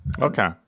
Okay